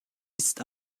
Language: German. ist